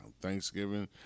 Thanksgiving